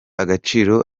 agaciro